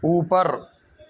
اوپر